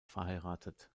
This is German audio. verheiratet